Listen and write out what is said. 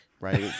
right